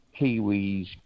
Kiwis